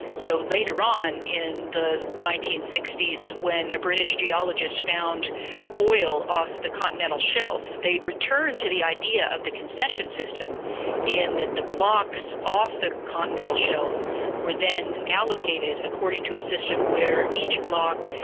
so later on, in the nineteen sixty s when a british geologist found oil off the continental shelf, they returned to the idea of the concession system in that the blocks off the continental shelf were then allocated according to a system where each block,